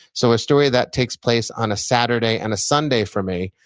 so a story that takes place on a saturday and a sunday for me,